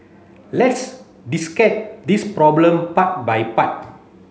let's this problem part by part